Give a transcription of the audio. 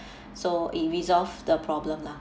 so it resolve the problem lah